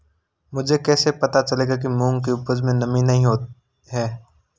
मुझे कैसे पता चलेगा कि मूंग की उपज में नमी नहीं है?